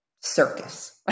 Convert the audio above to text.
circus